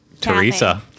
Teresa